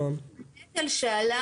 הנטל שעלה